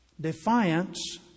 defiance